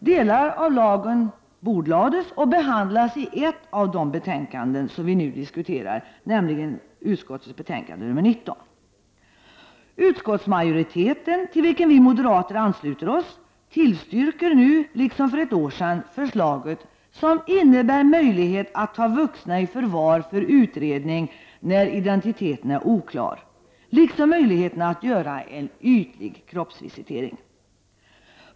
Delar av lagen bordlades och behandlas i ett av de betänkanden vi nu diskuterar, nämligen socialförsäkringsutskottets betänkande 19. Utskottsmajoriteten, till vilken vi moderater ansluter oss, tillstyrker nu, liksom för ett år sedan, förslaget, något som ger möjlighet att ta vuxen i förvar för utredning när identiteten är oklar, liksom möjlighet att göra en ytlig kroppsvisitering.